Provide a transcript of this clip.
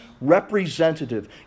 representative